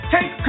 Take